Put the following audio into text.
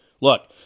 Look